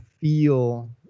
feel